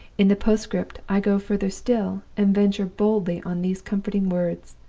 in the postscript i go further still, and venture boldly on these comforting words